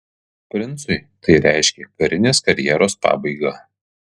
princui tai reiškė karinės karjeros pabaigą